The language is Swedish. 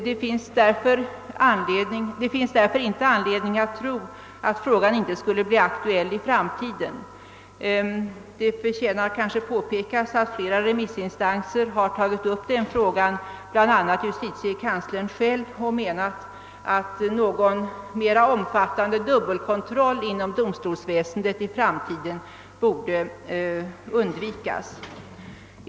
Det finns emellertid därför inte anledning tro att frågan inte skulle bli aktuell i framtiden. Det förtjänar kanske påpekas att flera remissinstanser har tagit upp den frågan, bl.a. justitiekanslern själv, och menat att någon mera omfattande dubbelkontroll inom domstolsväsendet i framtiden borde undvikas.